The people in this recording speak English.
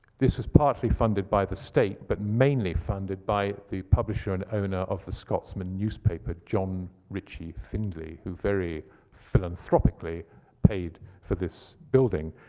this was partly funded by the state, but mainly funded by the publisher and owner of the scotsman newspaper, john ritchie findlay, who very philanthropically paid for this building.